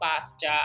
faster